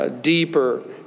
Deeper